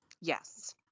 yes